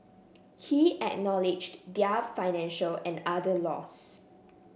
he acknowledged their financial and other loss